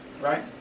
Right